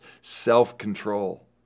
self-control